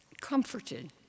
comforted